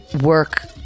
work